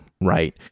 right